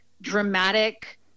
dramatic